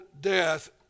death